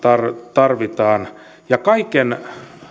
tarvitaan ja kaiken